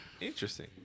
Interesting